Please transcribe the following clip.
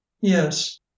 Yes